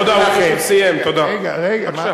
תודה, רגע, רגע.